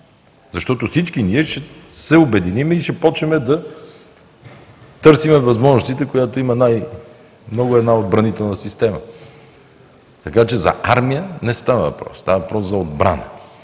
защото всички ние ще се обединим и ще започнем да търсим възможностите, които има най-много една отбранителна система. Така че за армия не става въпрос, става въпрос за отбрана,